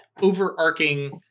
overarching